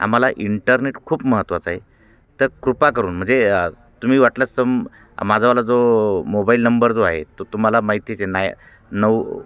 आम्हाला इंटरनेट खूप महत्त्वाचं आहे तर कृपा करून म्हणजे तुम्ही वाटल्यास तुम माझावाला जो मोबाईल नंबर जो आहे तो तुम्हाला माहितीच आहे नाय नऊ